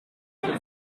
mille